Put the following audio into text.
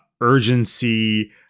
urgency